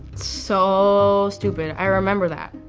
so stupid. i remember that.